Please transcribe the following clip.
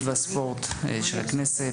היום יום רביעי,